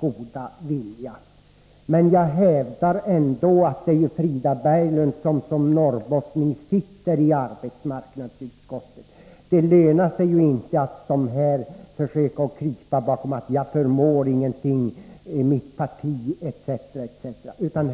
god vilja. Men jag hävdar ändå att det är Frida Berglund som sitter i arbetsmarknadsutskottet som norrbottning. Det lönar sig ju inte att som här försöka krypa bakom uttryck som ”jag förmår ingenting”, ”mitt parti” etc.